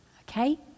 Okay